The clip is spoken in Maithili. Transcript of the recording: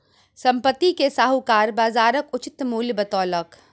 संपत्ति के साहूकार बजारक उचित मूल्य बतौलक